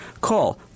Call